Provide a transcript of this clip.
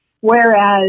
whereas